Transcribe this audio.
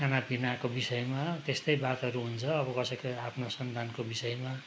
खानापिनाको विषयमा त्यस्तै बातहरू हुन्छ अब कसैको आफ्नो सन्तानको विषयमा